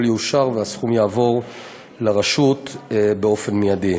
יאושר והסכום יועבר לרשות באופן מיידי.